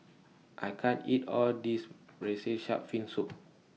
I can't eat All This Braised Shark Fin Soup